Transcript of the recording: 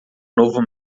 novo